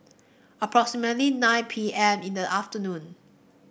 approximately nine P M in the afternoon